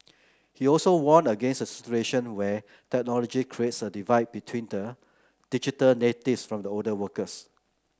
he also warned against a situation where technology creates a divide between the digital natives from the older workers